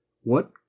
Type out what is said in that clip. What